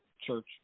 church